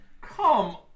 Come